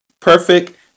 perfect